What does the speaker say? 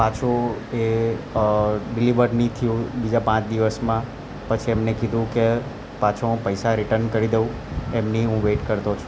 પાછું એ ડિલીવર ન થયું બીજા પાંચ દિવસમાં પછી એમને કીધું કે પાછો હું પૈસા રિટર્ન કરી દઉં એમની હું વેટ કરતો છું